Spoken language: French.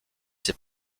ses